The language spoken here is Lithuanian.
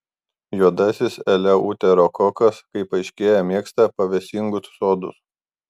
juodasis eleuterokokas kaip aiškėja mėgsta pavėsingus sodus